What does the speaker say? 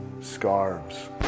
Scarves